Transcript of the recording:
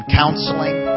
counseling